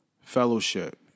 fellowship